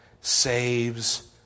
saves